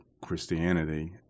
Christianity